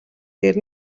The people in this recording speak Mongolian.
дээр